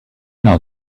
know